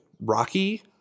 Rocky